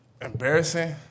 Embarrassing